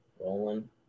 rolling